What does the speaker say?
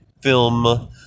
film